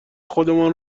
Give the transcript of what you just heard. خودمان